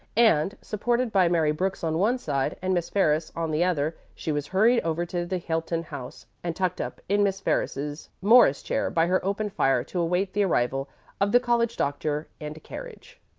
and supported by mary brooks on one side and miss ferris on the other she was hurried over to the hilton house and tucked up in miss ferris's morris chair by her open fire, to await the arrival of the college doctor and a carriage.